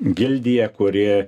gildija kuri